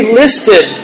listed